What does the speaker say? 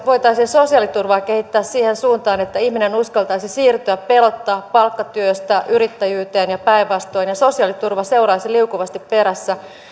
voitaisiin sosiaaliturvaa kehittää siihen suuntaan että ihminen uskaltaisi siirtyä pelotta palkkatyöstä yrittäjyyteen ja päinvastoin ja sosiaaliturva seuraisi liukuvasti perässä